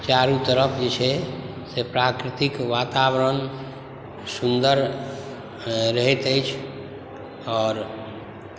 चारू तरफ जे छै से प्राकृतिक वातावरण सुन्दर रहैत अछि आओर